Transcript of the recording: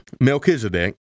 Melchizedek